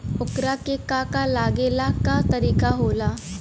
ओकरा के का का लागे ला का तरीका होला?